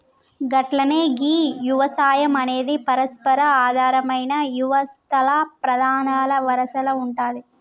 గట్లనే గీ యవసాయం అనేది పరస్పర ఆధారమైన యవస్తల్ల ప్రధానల వరసల ఉంటాది